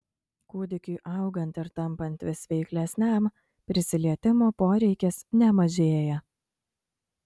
kūdikiui augant ir tampant vis veiklesniam prisilietimo poreikis nemažėja